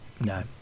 No